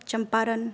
Champaran